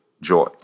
joy